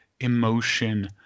emotion